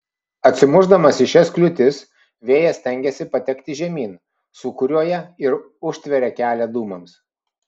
atsimušdamas į šias kliūtis vėjas stengiasi patekti žemyn sūkuriuoja ir užtveria kelią dūmams